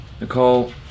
Nicole